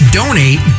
donate